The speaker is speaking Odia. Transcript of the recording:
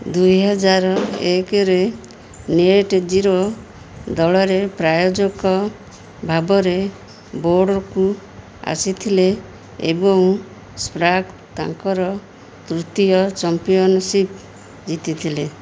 ଦୁଇହଜାର ଏକରେ ନେଟ୍ ଜିରୋ ଦଳରେ ପ୍ରାୟୋଜକ ଭାବରେ ବୋର୍ଡ଼କୁ ଆସିଥିଲେ ଏବଂ ସ୍ପ୍ରାଗ୍ ତାଙ୍କର ତୃତୀୟ ଚାମ୍ପିଅନସିପ୍ ଜିତିଥିଲେ